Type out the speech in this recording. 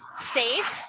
safe